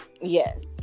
Yes